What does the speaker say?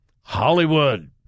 Hollywood